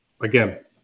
Again